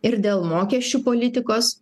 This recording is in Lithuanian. ir dėl mokesčių politikos